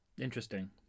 Interesting